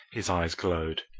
his eyes glowed.